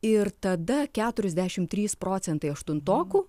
ir tada keturiasdešim trys procentai aštuntokų